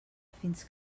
fins